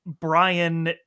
Brian